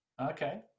Okay